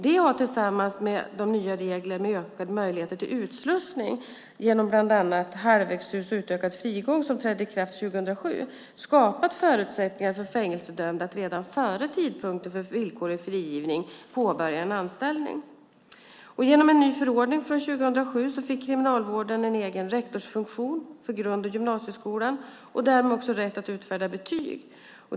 Detta har tillsammans med de nya reglerna för utökade möjligheter till utslussning, genom bland annat vistelse i halvvägshus och utökad frigång, som trädde i kraft 2007 skapat förutsättningar för fängelsedömda att redan före tidpunkten för villkorlig frigivning påbörja en anställning. Genom en ny förordning från 2007 fick Kriminalvården en egen rektorsfunktion för grund och gymnasieskola och därmed också rätt att utfärda betyg.